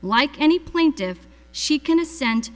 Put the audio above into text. like any plaintive she can assent